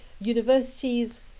universities